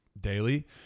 daily